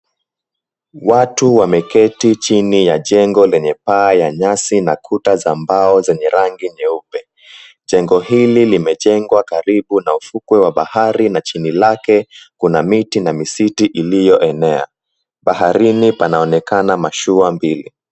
Watu wameketi chini kwenye jengo lenye paa ya nyasi, kuta za mbao zenye rangi nyeupe, Jengo hili limejengwa karibu na ufukwe wa bahari, chini lake kuna miti na misiti iliyoenea. Baharini kunaonekana mashua mbili.